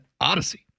Odyssey